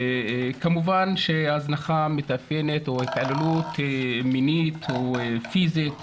כמובן שההזנחה מתאפיינת או התעללות מינית או פיזית,